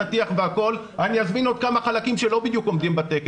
הטיח והכול אני אזמין עוד כמה חלקים שלא בדיוק בתקן.